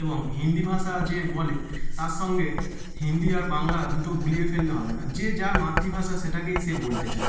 এবং হিন্দি ভাষা যে বলে তার সঙ্গে হিন্দি আর বাংলা দুটো গুলিয়ে ফেললে হবে না যে যার মাতৃভাষা সেটাকেই সে বলতে চায়